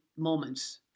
moments